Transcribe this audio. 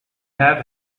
have